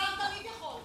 שר תמיד יכול,